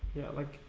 yeah like